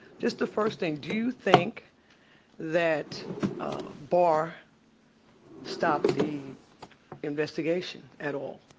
just the first thing, do you think that barr stopped the investigation at all,